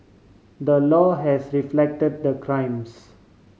the law has reflect the crimes